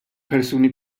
persuni